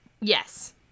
Yes